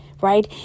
right